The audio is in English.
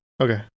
Okay